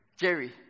Jerry